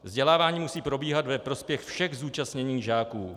Vzdělávání musí probíhat ve prospěch všech zúčastněných žáků.